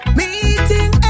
meeting